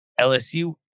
LSU